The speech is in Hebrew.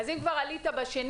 אז אם כבר עלית בשנית,